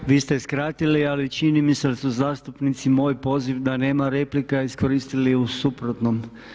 Da, vi ste skratili ali čini mi se da su zastupnici moj poziv da nema replika iskoristili u suprotnom.